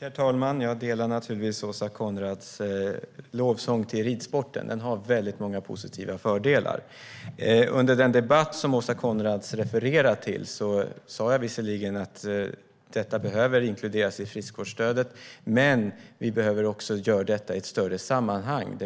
Herr talman! Jag stämmer naturligtvis in i Åsa Coenraads lovsång till ridsporten, som har många positiva fördelar. Under den debatt som Åsa Coenraads refererar till sa jag visserligen att detta behöver inkluderas i friskvårdsstödet, men jag sa också att vi behöver göra detta i ett större sammanhang.